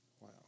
Wow